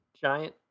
giant